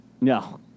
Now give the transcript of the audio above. No